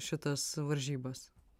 šitas varžybas